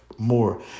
more